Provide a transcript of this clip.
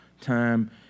time